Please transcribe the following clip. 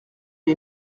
les